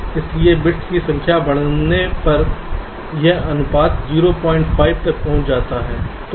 इसलिए बिट्स की संख्या बढ़ने पर यह अनुपात 05 तक पहुंच जाता है